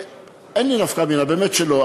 אין לי נפקא מינה, באמת שלא.